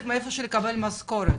צריך לקבל משכורת,